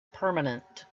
permanent